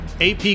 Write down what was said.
AP